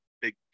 big